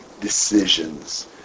decisions